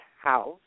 house